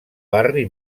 barri